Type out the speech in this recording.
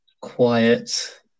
Quiet